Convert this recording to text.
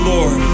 Lord